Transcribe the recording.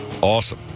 Awesome